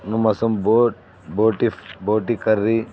దున్నమాంసం బోట్ బోటి బోటి కర్రీ